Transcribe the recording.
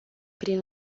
prin